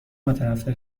متنفر